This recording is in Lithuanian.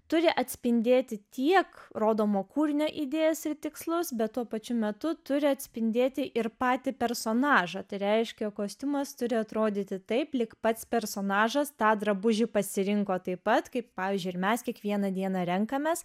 turi atspindėti tiek rodomo kūrinio idėjas ir tikslus bet tuo pačiu metu turi atspindėti ir patį personažą tai reiškia kostiumas turi atrodyti taip lyg pats personažas tą drabužį pasirinko taip pat kaip pavyzdžiui ir mes kiekvieną dieną renkamės